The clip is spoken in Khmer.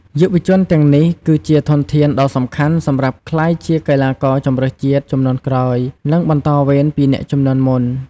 យុវជនទាំងនេះគឺជាធនធានដ៏សំខាន់សម្រាប់ក្លាយជាកីឡាករជម្រើសជាតិជំនាន់ក្រោយ និងបន្តវេនពីអ្នកជំនាន់មុន។